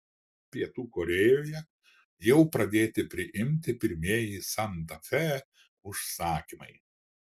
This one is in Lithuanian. pietų korėjoje jau pradėti priimti pirmieji santa fe užsakymai